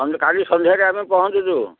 ସନ୍ କାଲି ସନ୍ଧ୍ୟାରେ ଆମେ ପହଞ୍ଚୁଛୁ